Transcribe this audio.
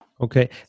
Okay